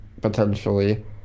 potentially